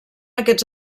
aquests